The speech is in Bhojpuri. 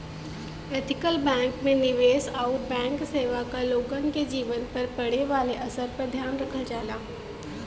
ऐथिकल बैंक में निवेश आउर बैंक सेवा क लोगन के जीवन पर पड़े वाले असर पर ध्यान रखल जाला